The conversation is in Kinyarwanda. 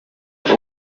ubwo